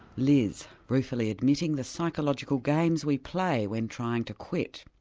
liz ruefully admitting the psychological games we play when trying to quit.